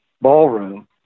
ballroom